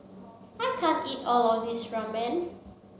I can't eat all of this Ramen